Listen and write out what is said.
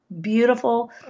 beautiful